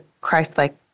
Christ-like